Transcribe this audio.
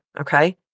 okay